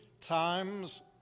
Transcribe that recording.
times